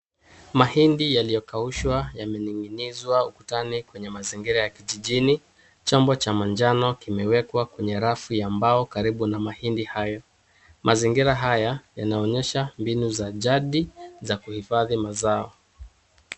Mahindi yaliyokaushwa yamening'inzwa ukutani kwenye mazingira ya kijijini, chombo cha manjano kimewekwa kwenye rafu ya mbao karibu na mahindi hayo, mazingira haya yanaonyesha mbinu za jadi za kuhifadhi mazao.